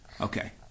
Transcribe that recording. Okay